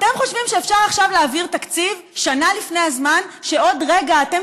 אתם חושבים שאפשר עכשיו להעביר תקציב שנה לפני הזמן כשעוד רגע אתם